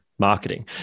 marketing